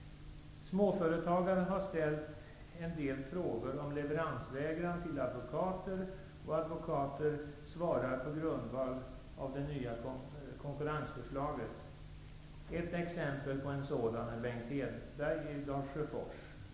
Småföretagare har ställt en del frågor till advokater om leveransvägran. Advokaterna svarar på grundval av det nya konkurrenslagförslaget. Ett exempel på en sådan småföretagare är Bengt Hedberg i Dalsjöfors.